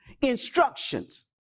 instructions